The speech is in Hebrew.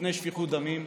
מפני שפיכות דמים,